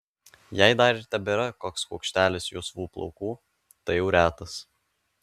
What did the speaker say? jei dar ir tebėra koks kuokštelis juosvų plaukų tai jau retas